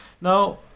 Now